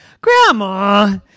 grandma